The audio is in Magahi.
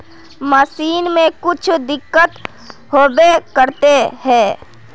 मशीन में कुछ दिक्कत होबे करते है?